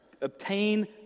Obtain